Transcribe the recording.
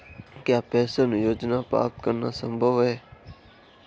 क्या पेंशन योजना प्राप्त करना संभव है?